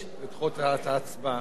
לדחות את ההצבעה.